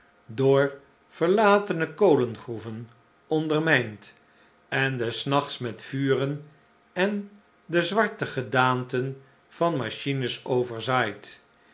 door verlatene kolengroeven ondermijnd en des nachts met vuren en de zwarte gedaanten van machines overzaaid